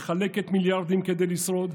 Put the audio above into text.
מחלקת מיליארדים כדי לשרוד,